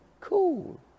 cool